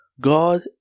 God